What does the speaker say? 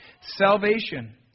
Salvation